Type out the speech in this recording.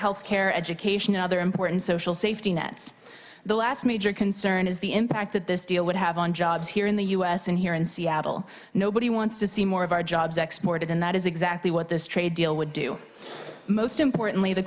health care education and other important social safety nets the last major concern is the impact that this deal would have on jobs here in the u s and here in seattle nobody wants to see more of our jobs exported and that is exactly what this trade deal would do most importantly the